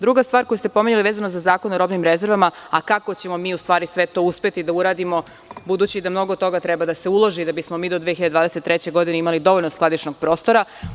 Druga stvar koju ste pominjali vezano za Zakon o robnim rezervama – a kako ćemo mi u stvari sve to uspeti da uradimo budući da mnogo toga treba da se uloži da bismo mi do 2023. godine imali dovoljno skladišnog prostora?